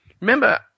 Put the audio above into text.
Remember